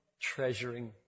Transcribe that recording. treasuring